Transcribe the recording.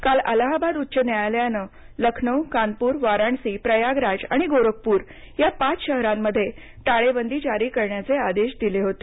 काल अलाहाबाद उच्च न्यायालयानं लखनौ कानपूर वाराणसी प्रयागराज आणि गोरखपूर या पाच शहरांमध्ये टाळेबंदी जारी करण्याचे आदेश दिले होते